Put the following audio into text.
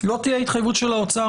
לא תהיה התחייבות של האוצר,